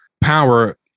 power